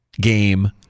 game